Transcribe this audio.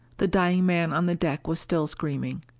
the dying man on the deck was still screaming.